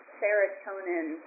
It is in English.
serotonin